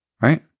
right